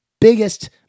biggest